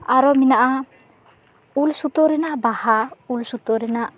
ᱟᱨᱚ ᱢᱮᱱᱟᱜᱼᱟ ᱩᱞ ᱥᱩᱛᱳ ᱨᱮᱭᱟᱜ ᱵᱟᱦᱟ ᱩᱞ ᱥᱩᱛᱳ ᱨᱮᱱᱟᱜ